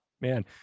man